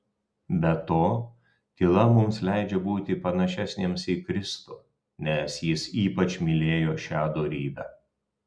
be to tyla mums leidžia būti panašesniems į kristų nes jis ypač mylėjo šią dorybę